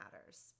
matters